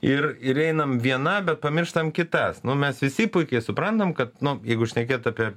ir ir einam viena bet pamirštam kitas nu mes visi puikiai suprantam kad nu jeigu šnekėt apie